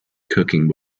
cooking